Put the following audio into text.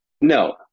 No